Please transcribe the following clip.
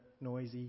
noisy